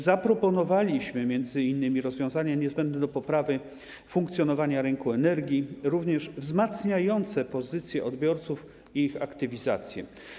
Zaproponowaliśmy m.in. rozwiązanie niezbędne do poprawy funkcjonowania rynku energii, również wzmacniające pozycję odbiorców i ich aktywizację.